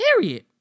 Period